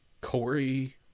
Corey